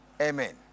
amen